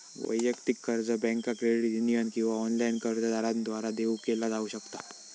वैयक्तिक कर्ज बँका, क्रेडिट युनियन किंवा ऑनलाइन कर्जदारांद्वारा देऊ केला जाऊ शकता